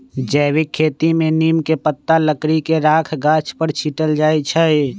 जैविक खेती में नीम के पत्ता, लकड़ी के राख गाछ पर छिट्ल जाइ छै